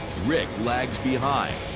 rick lags behind.